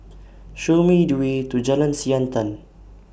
Show Me The Way to Jalan Siantan